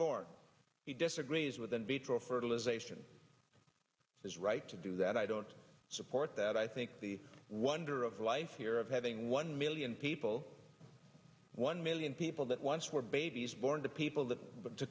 born he disagrees with in vitro fertilisation his right to do that i don't support that i think the wonder of life here of having one million people one million people that once were babies born to people that